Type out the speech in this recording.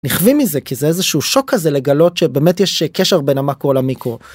נכווים מזה כי זה איזה שהוא שוק כזה לגלות שבאמת יש קשר בין המאקרו למיקרו.